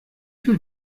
viel